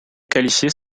qualifiées